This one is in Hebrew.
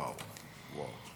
ואו, ואו.